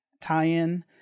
tie-in